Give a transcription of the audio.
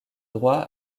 droit